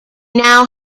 now